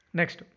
next